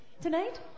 tonight